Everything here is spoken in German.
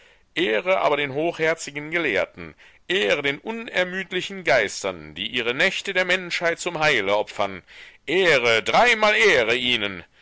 ehre aber den hochherzigen gelehrten ehre den unermüdlichen geistern die ihre nächte der menschheit zum heile opfern ehre dreimal ehre ihnen